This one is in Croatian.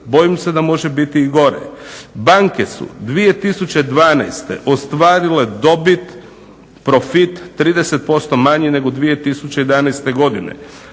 Bojim se da može biti i gore. Banke su 2012. ostvarile dobit, profit 30% manji nego 2011. godine.